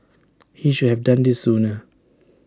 he should have done this sooner